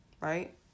right